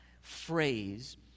phrase